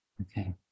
Okay